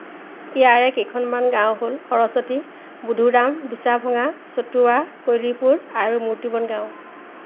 ইয়াৰে কেইখনমান গাঁও হ'ল সৰস্বতী বুধুৰাম বিছাভঙা ছটুৱা পুৰলীপুৰ আৰু মূৰ্তিবন গাঁও